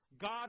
God